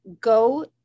go